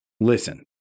listen